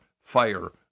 fire